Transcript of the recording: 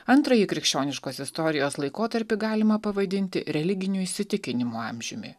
antrąjį krikščioniškos istorijos laikotarpį galima pavadinti religinių įsitikinimų amžiumi